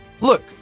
look